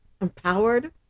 empowered